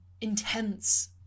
intense